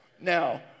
Now